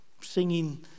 singing